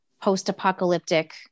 post-apocalyptic